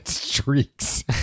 streaks